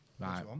Right